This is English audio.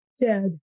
dead